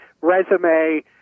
resume